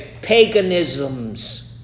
paganisms